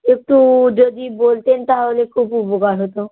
একটু যদি বলতেন তাহলে খুব উপকার হতো